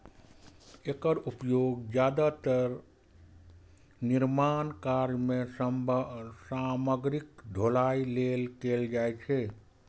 एकर उपयोग जादेतर निर्माण कार्य मे सामग्रीक ढुलाइ लेल कैल जाइ छै